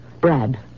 Brad